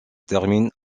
termine